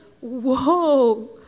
whoa